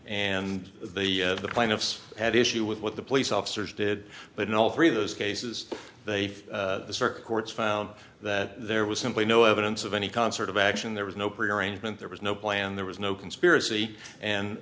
and the plaintiffs had issue with what the police officers did but in all three of those cases they circuit courts found that there was simply no evidence of any concert of action there was no prearrangement there was no plan there was no conspiracy and